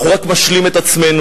אנחנו רק משלים את עצמנו.